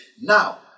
now